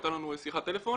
הייתה לנו שיחת טלפון.